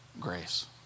grace